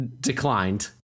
declined